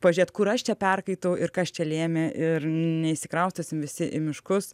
pažėt kur aš čia perkaitau ir kas čia lėmė ir neišsikraustysim visi į miškus